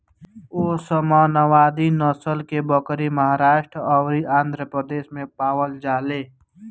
ओस्मानावादी नसल के बकरी महाराष्ट्र अउरी आंध्रप्रदेश में पावल जाले